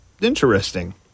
Interesting